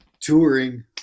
touring